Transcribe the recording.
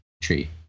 tree